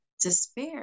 despair